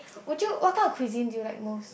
would you what kind of cuisine do you like most